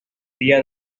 día